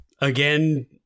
Again